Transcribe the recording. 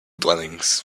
dwellings